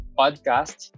podcast